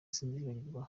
sinzibagirwa